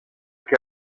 que